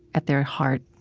at their heart,